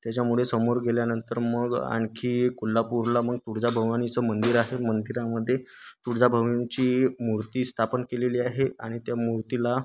त्याच्यामुळे समोर गेल्यानंतर मग आणखी कोल्हापूरला मग तुळजाभवानीचं मंदिर आहे मंदिरामध्ये तुळजाभवानीची मूर्ती स्थापन केलेली आहे आणि त्या मूर्तीला